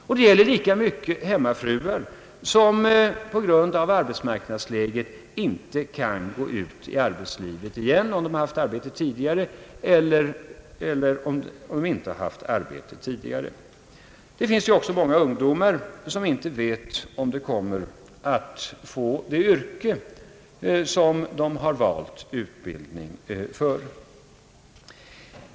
Detsamma gäller hemmafruarna som på grund av arbetsmarknadsläget inte kan gå ut i arbetslivet om de haft arbete tidigare eller om de önskar börja ett förvärvsarbete. Många ungdomar vet inte heller om de kommer att bli sysselsatta inom det yrke de utbildat sig för.